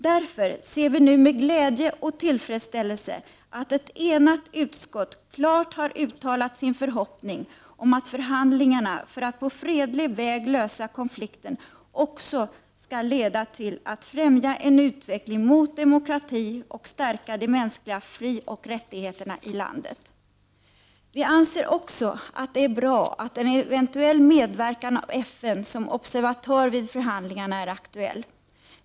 Därför ser vi nu med glädje och tillfredsställelse att ett enigt utskott klart har uttalat sin förhoppning att förhandlingarna för att på fredlig väg lösa konflikten också skall leda till och främja en utveckling mot demokrati och stärka de mänskliga frioch rättig Prot. 1989/90:45 heterna i landet. 13 december 1989 Vi anser också att det är bra att en eventuell medverkan av FNsomoberr GA vatör vid förhandlingarna är aktuell.